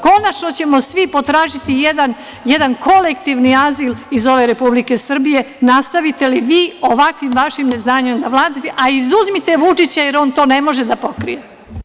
Konačno ćemo svi potražiti jedan kolektivni azil iz ove Republike Srbija nastavite li vi ovakvim vašim neznanjem da vladate, a izuzmite Vučića, jer on to ne može da pokrije.